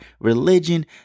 religion